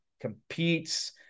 competes